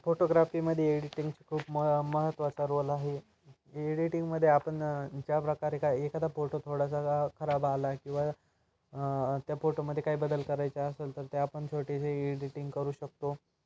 फोटोग्राफीमध्ये एडिटिंगची खूप म महत्त्वाचा रोल आहे एडिटिंगमध्ये आपण ज्याप्रकारे काय एखादा फोटो थोडासा खराब आला किंवा त्या फोटोमध्ये काय बदल करायचा असेल तर ते आपण छोटीशी एडिटिंग करू शकतो